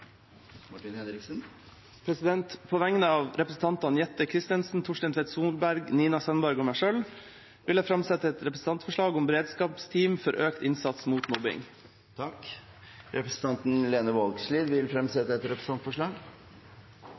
På vegne av representantene Jette F. Christensen, Torstein Tvedt Solberg, Nina Sandberg og meg selv vil jeg framsette et representantforslag om beredskapsteam for økt innsats mot mobbing. Representanten Lene Vågslid vil fremsette et representantforslag.